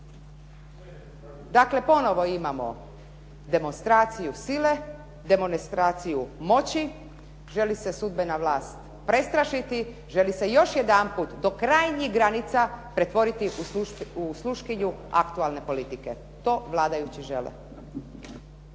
Dakle, ponovo imamo demonstraciju sile, demonstraciju moći. Želi se sudbena vlast prestrašiti, želi se još jedanput do krajnjih granica pretvoriti u sluškinju aktualne politike. To vladajući žele.